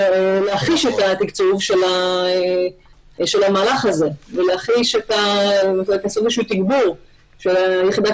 להחיש את התקצוב של המהלך הזה ולעשות איזה תגבור של יחידת